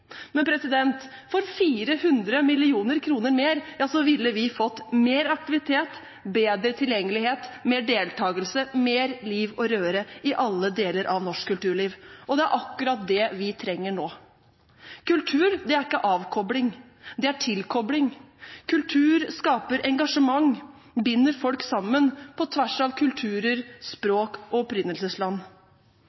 For 400 mill. kr. mer ville vi fått mer aktivitet, bedre tilgjengelighet, mer deltagelse og mer liv og røre i alle deler av norsk kulturliv. Det er akkurat det vi trenger nå. Kultur er ikke avkobling, det er tilkobling. Kultur skaper engasjement, binder folk sammen på tvers av kulturer,